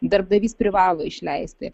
darbdavys privalo išleisti